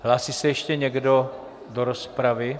Hlásí se ještě někdo do rozpravy?